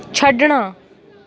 ਛੱਡਣਾ